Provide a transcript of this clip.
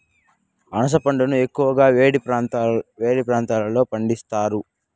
అనాస పండును ఎక్కువగా వేడి ప్రాంతాలలో పండిస్తారు